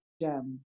gem